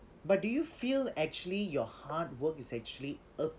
but do you feel actually your hard work is actually uh